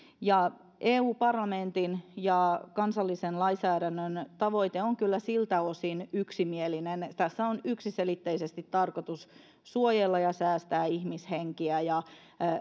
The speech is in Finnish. eu parlamentin ja kansallisen lainsäädännön tavoite on kyllä siltä osin yksimielinen tässä on yksiselitteisesti tarkoitus suojella ja säästää ihmishenkiä